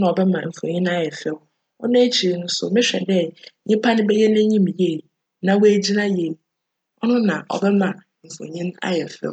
na cbjma mfonyin no ayj fjw. Cno ekyir no so mohwj dj nyimpa no bjyj n'enyim yie na oegyina yie, cno na cbjma mfonyin no ayj fjw.